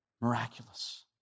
miraculous